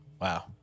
wow